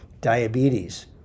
Diabetes